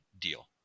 deal